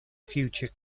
future